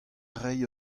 ray